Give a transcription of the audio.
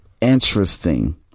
interesting